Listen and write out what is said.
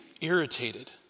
irritated